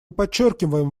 подчеркиваем